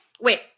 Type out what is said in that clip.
wait